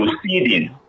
proceeding